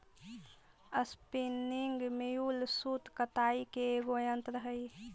spinning mule सूत कताई के एगो यन्त्र हई